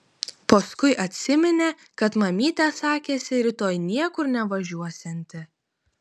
paskui atsiminė kad mamytė sakėsi rytoj niekur nevažiuosianti